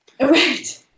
Right